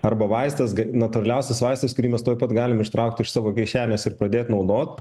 arba vaistas natūraliausias vaistas kurį mes tuoj pat galim ištraukt iš savo kišenės ir pradėt naudot